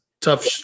tough